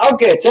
Okay